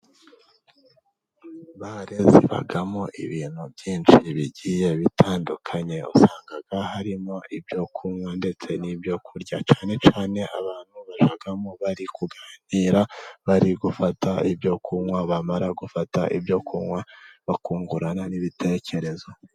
Bare zibamo ibintu byinshi bigiye bitandukanye, usanga harimo: ibyo kunywa, ndetse n'ibyo kurya. Cyane cyane abantu bajyamo bari kuganira, bari gufata ibyo kunywa bamara gufata ibyo kunywa, bakungurana n'ibitekerezo.